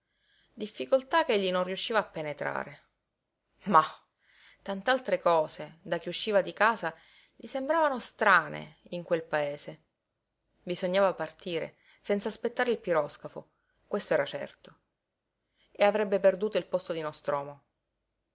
casa difficoltà ch'egli non riusciva a penetrare mah tant'altre cose da che usciva di casa gli sembravano strane in quel paese bisognava partire senz'aspettare il piroscafo questo era certo e avrebbe perduto il posto di nostromo